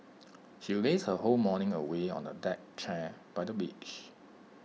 she lazed her whole morning away on A deck chair by the beach